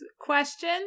question